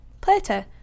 plato